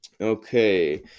Okay